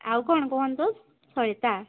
ଆଉ କ'ଣ କୁହନ୍ତୁ ସଳିତା